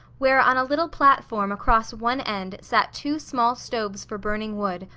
where on a little platform across one end sat two small stoves for burning wood,